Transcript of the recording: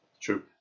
True